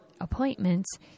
appointments